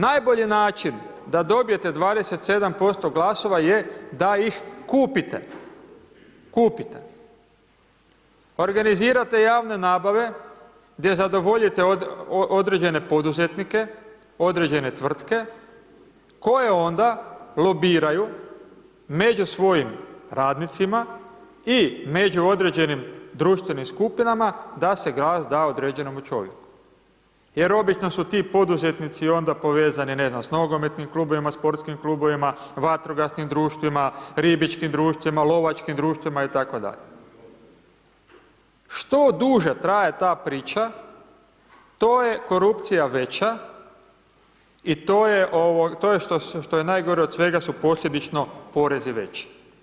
Najbolji način da dobijete 27% glasova je da ih kupite, kupite, organizirate javne nabave gdje zadovoljite određene poduzetnike, određene tvrtke koje onda lobiraju među svojim radnicima i među određenim društvenim skupinama da se glas određenom čovjeku jer obično su ti poduzetnici onda povezani, ne znam, s nogometnim klubovima, sportskim klubovima, vatrogasnim društvima, ribičkim društvima, lovačkim društvima itd., što duže traje ta priča, to je korupcija veća i to je, što je najgore od svega su posljedično porezi veći.